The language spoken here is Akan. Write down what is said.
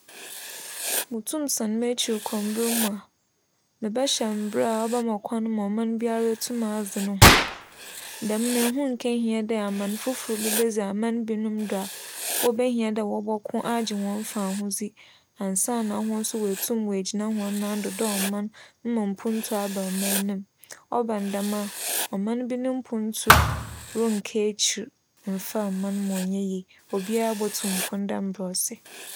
Mutum san m'ekyir kͻ mber mu a, mebɛhyɛ mbra a ͻbɛma kwan ma ͻman biara etum adze no ho, dɛm no onnkehia dɛ aman fofor bi bedzi aman binom do a wobehia dɛ wͻbͻko agye hͻn fahodzi ansaana woetum egyina hͻn nan do dɛ ͻman mma mpontu aba ͻman no mu. ͻba no dɛm a, ͻman bi no mpontu rennka ekyir mmfa mma no ma ͻnnyɛ yie. Obiara botum mpon dɛ mbrɛ ͻsɛ.